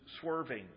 swerving